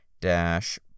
Dash